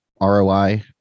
roi